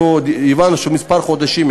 אנחנו הבנו שזה ייקח כמה חודשים,